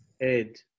Ed